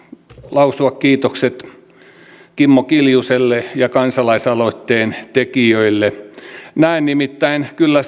lausua kiitokset kimmo kiljuselle ja kansalaisaloitteen tekijöille näen nimittäin kyllä